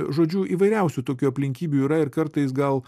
žodžiu įvairiausių tokių aplinkybių yra ir kartais gal